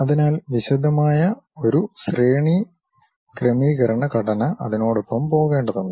അതിനാൽ വിശദമായ ഒരു ശ്രേണിക്രമീകരണ ഘടന അതിനോടൊപ്പം പോകേണ്ടതുണ്ട്